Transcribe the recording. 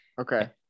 Okay